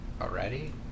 already